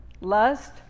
lust